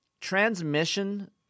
transmission